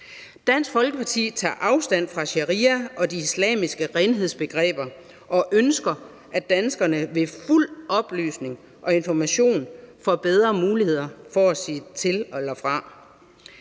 Dansk Folkeparti tager afstand fra sharia og de islamiske renhedsbegreber og ønsker, at danskerne ved fuld oplysning og information får bedre muligheder for at sige til eller fra.